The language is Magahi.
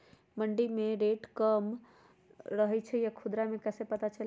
मंडी मे रेट कम रही छई कि खुदरा मे कैसे पता चली?